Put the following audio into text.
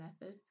method